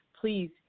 please